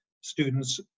students